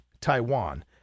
taiwan